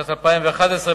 ב-2011,